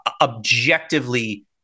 objectively